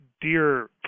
dear